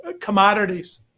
commodities